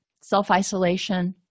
self-isolation